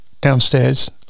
downstairs